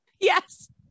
Yes